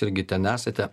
irgi ten esate